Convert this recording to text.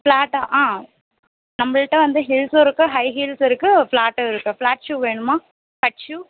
ஃப்ளாட்டாக ஆ நம்மள்ட்ட வந்து ஹீல்ஸும் இருக்குது ஹைஹீல்ஸும் இருக்குது ஃப்ளாட்டும் இருக்குது ஃப்ளாட் ஷூ வேணுமா கட் ஷூ